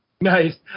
Nice